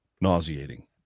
nauseating